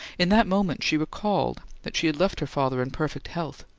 in that moment she recalled that she had left her father in perfect health,